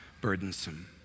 burdensome